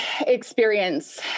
experience